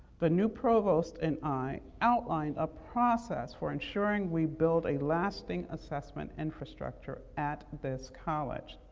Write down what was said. the new provost and i, outlined a process for ensuring we build a lasting assessment infrastructure at this college,